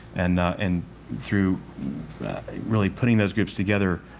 and and through really putting those groups together,